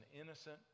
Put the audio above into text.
innocent